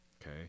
okay